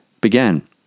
began